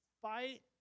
Fight